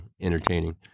entertaining